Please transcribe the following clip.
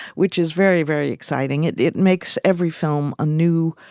which is very, very exciting. it it makes every film a new,